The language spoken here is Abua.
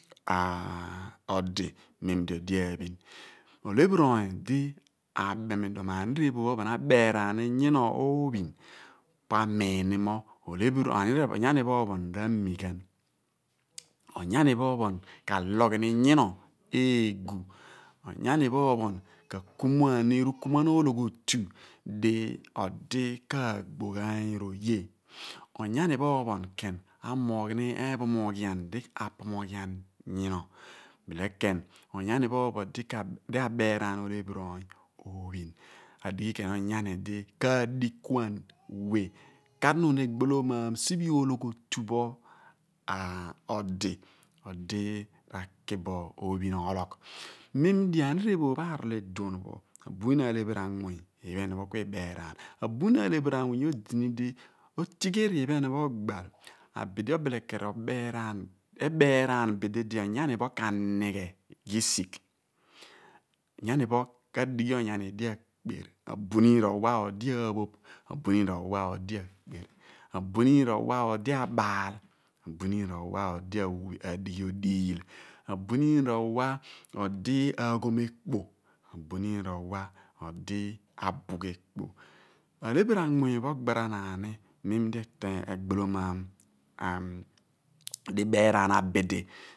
odi mem di odi aphin olephiri di aḅem iduon mo an rephoph pho ophon abeeraan ni yina ophin po amiin ni mo onyani pho ophon ra/mi ghan mo, onyani pho ophon k'alogh ni nyodi eegu, mo onyani pho ophon k'akumuan ni rukumuan ologhiotu di odi ka/gboghaany r/oye, mo onyani pho ophen ken amoogh ni eephomoghian di odi k'apomoghian nyodi bile kem onyani di abeeraan olephiri oony ophin adighi ken onyani di kaadikuan we ekar nuun egbolomaan siphe ologhiotu odi odi r'aki bo ophin ologh, mem di anir ephoph arol iduon pho abuniin alephiri anmuny, iphen ku ibeeraan. abuniin alephiri anmuuny odini di ofigheri iphen phon oybal, ebeeraan bidi di onyani pho k'anighe ghisigh, onyani pho ka/dighi onyani di akper abuniin r'owa odi aaphoph, abuniin r'owa odi akper, abuniin r'owa odi abaal abuniin rowa odi adighi odiil, abuniin r'owa odi aghom ekpo, abuniin r'owa odi abugh ekpo, alephiri anmuny pho ogbaranaan ni mem di egbo iomaam dibeeraan abid.